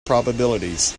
probabilities